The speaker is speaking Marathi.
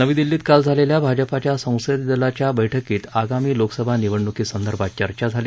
नवी दिल्लीत काल झालेल्या भाजपाच्या संसदीय दलाच्या बैठकीत आगामी लोकसभा निवडणुकीसंदर्भात चर्चा झाली